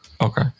Okay